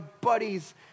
buddies